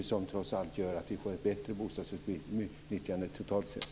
Det gör trots allt att vi får ett bättre bostadsutnyttjande totalt sett.